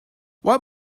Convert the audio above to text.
what